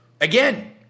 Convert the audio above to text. Again